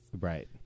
Right